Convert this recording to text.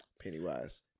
Pennywise